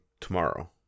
tomorrow